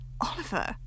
Oliver